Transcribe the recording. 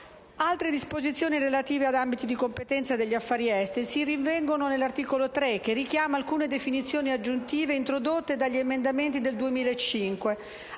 Altre disposizioni relative ad ambiti di competenza degli affari esteri si rinvengono nell'articolo 3, che richiama alcune definizioni aggiuntive introdotte dagli emendamenti del 2005,